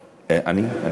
אני אומר לך,